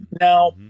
Now